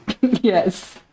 Yes